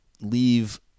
leave